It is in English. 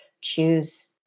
choose